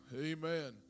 Amen